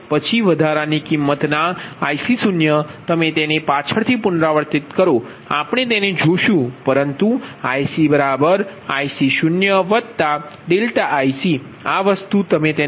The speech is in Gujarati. પછી વધારાની કિંમતના ICo તમે તેને પાછળથી પુનરાવર્તિત કરો આપણે તેને જોશું પરંતુ ICIC0∆ICઆ વસ્તુ તમે તેને વધારી દો